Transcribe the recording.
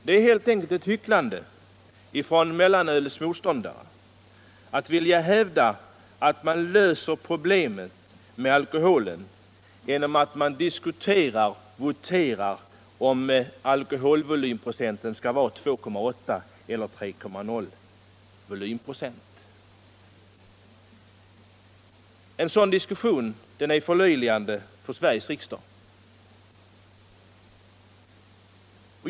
Det är helt enkelt ett hycklande när mellanölets motståndare hävdar att man löser problemen med alkoholen genom att man diskuterar och voterar om huruvida alkoholhalten skall vara 2,8 eller 3,0 viktprocent. En sådan diskussion är förlöjligande för Sveriges riksdag.